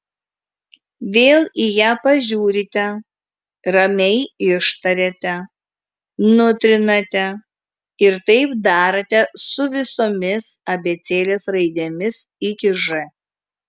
vėl į ją pažiūrite ramiai ištariate nutrinate ir taip darote su visomis abėcėlės raidėmis iki ž